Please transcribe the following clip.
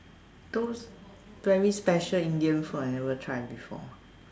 those very special Indian food I never try before